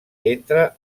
entre